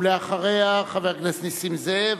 ואחריה, חבר הכנסת נסים זאב,